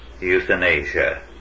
euthanasia